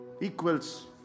equals